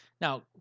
Now